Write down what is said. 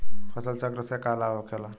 फसल चक्र से का लाभ होखेला?